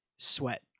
sweat